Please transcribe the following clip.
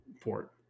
port